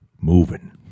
moving